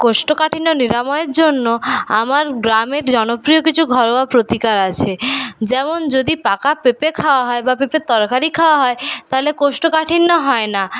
কোষ্ঠকাঠিন্য নিরাময়ের জন্য আমার গ্রামের জনপ্রিয় কিছু ঘরোয়া প্রতিকার আছে যেমন যদি পাকা পেঁপে খাওয়া হয় বা পেঁপের তরকারি খাওয়া হয় তালে কোষ্ঠকাঠিন্য হয় না